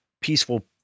peaceful